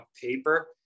paper